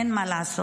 אין מה לעשות.